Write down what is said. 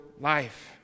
life